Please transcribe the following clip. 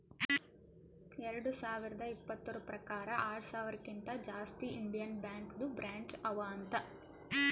ಎರಡು ಸಾವಿರದ ಇಪ್ಪತುರ್ ಪ್ರಕಾರ್ ಆರ ಸಾವಿರಕಿಂತಾ ಜಾಸ್ತಿ ಇಂಡಿಯನ್ ಬ್ಯಾಂಕ್ದು ಬ್ರ್ಯಾಂಚ್ ಅವಾ ಅಂತ್